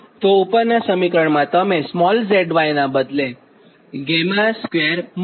તો ઊપરનાં સમીકરણમાં તમે 𝑧y નાં બદલે 𝛾2 મુકો